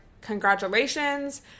Congratulations